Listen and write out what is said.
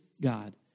God